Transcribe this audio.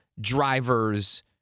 drivers